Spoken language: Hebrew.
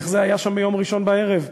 איך זה היה ביום ראשון בערב,